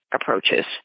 Approaches